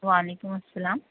وعلیکم السلام